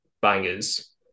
bangers